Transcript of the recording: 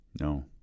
No